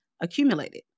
accumulated